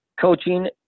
coaching